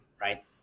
Right